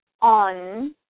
on